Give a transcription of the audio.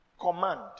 command